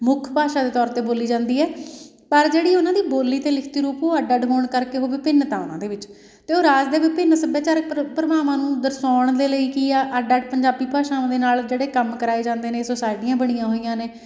ਮੁੱਖ ਭਾਸ਼ਾ ਦੇ ਤੌਰ 'ਤੇ ਬੋਲੀ ਜਾਂਦੀ ਹੈ ਪਰ ਜਿਹੜੀ ਉਹਨਾਂ ਦੀ ਬੋਲੀ ਅਤੇ ਲਿਖਤੀ ਰੂਪ ਉਹ ਅੱਡ ਅੱਡ ਹੋਣ ਕਰਕੇ ਉਹ ਵਿਭਿੰਨਤਾਵਾਂ ਦੇ ਵਿੱਚ ਅਤੇ ਉਹ ਰਾਜ ਦੇ ਵਿਭਿੰਨ ਸੱਭਿਆਚਾਰ ਪ੍ਰ ਪ੍ਰਭਾਵਾਂ ਨੂੰ ਦਰਸਾਉਣ ਦੇ ਲਈ ਕੀ ਆ ਅੱਡ ਅੱਡ ਪੰਜਾਬੀ ਭਾਸ਼ਾਵਾਂ ਦੇ ਨਾਲ ਜਿਹੜੇ ਕੰਮ ਕਰਵਾਏ ਜਾਂਦੇ ਨੇ ਸੋਸਾਇਟੀਆਂ ਬਣੀਆ ਹੋਈਆਂ ਨੇ